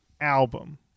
album